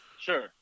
Sure